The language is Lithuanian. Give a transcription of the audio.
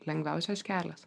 lengviausias kelias